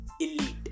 elite